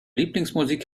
lieblingsmusik